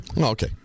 Okay